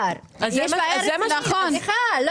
הכול --- נתנו להם עוד ארכה של שבוע.